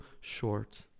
short